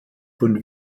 von